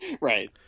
Right